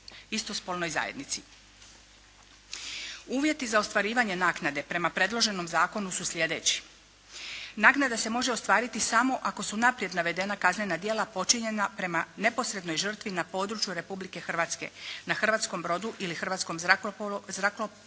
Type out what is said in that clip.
istospolnoj zajednici. Uvjeti za ostvarivanje naknade prema predloženom zakonu su sljedeći. Naknada se može ostvariti samo ako su naprijed navedena kaznena djela počinjena prema neposrednoj žrtvi na području Republike Hrvatske, na hrvatskom brodu ili hrvatskom zrakoplovu